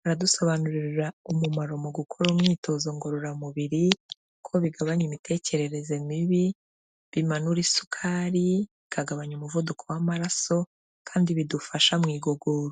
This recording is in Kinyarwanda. baradusobanurira umumaro mu gukora imyitozo ngororamubira; ko bigabanya imitekerereze mibi, bimanura isukari, bikagabanya umuvuduko w'amaraso kandi bidufasha mu igogora.